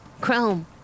Chrome